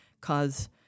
cause